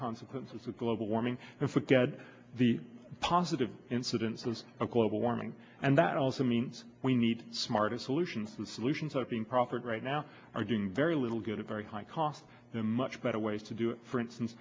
consequences of global warming and forget the positive incidences of global warming and that also means we need smartest solutions and solutions are being proffered right now are doing very little good at very high cost the much better ways to do it for instance